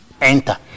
enter